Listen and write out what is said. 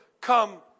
come